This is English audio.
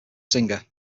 singer